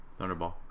Thunderball